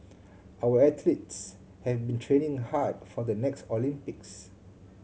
our athletes have been training hard for the next Olympics